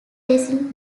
racing